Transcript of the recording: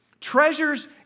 treasures